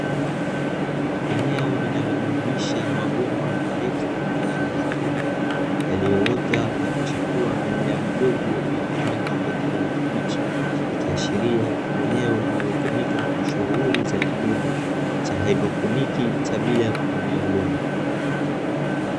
Eneo linalojumuisha mabomba marefu yenye rangi nyeupe yaliyoota na kuchipua mimea midogo yenye rangi ya kijani kibichi ikiashiria ni eneo linalotumika kwa shughuli za kilimo cha haidroponi cha bila ya kutumia udongo.